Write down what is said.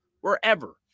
wherever